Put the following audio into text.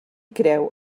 creu